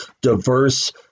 diverse